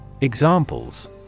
Examples